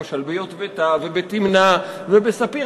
למשל ביוטבתה ובתמנע ובספיר,